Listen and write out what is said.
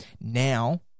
Now